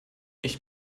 ich